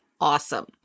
awesome